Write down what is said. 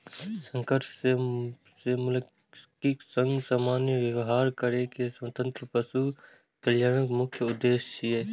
संकट सं मुक्तिक संग सामान्य व्यवहार करै के स्वतंत्रता पशु कल्याणक मुख्य उद्देश्य छियै